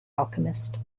alchemist